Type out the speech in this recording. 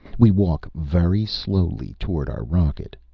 we walk very slowly toward our rocket.